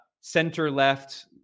center-left